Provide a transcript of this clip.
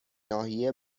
ناحیه